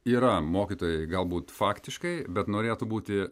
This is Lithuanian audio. yra mokytojai galbūt faktiškai bet norėtų būti